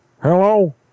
Hello